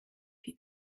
die